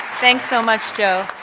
thanks so much, joe.